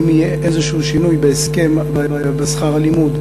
האם יהיה איזה שינוי בהסכם, בשכר הלימוד,